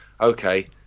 Okay